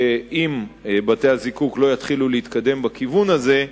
אם בתי-הזיקוק לא יתחילו להתקדם בכיוון הזה,